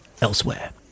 elsewhere